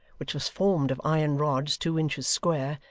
which was formed of iron rods two inches square,